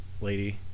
lady